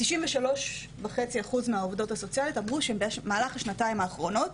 כ-63% מהעובדות הסוציאליות ששאלנו אמרו שבמהלך השנתיים האחרונות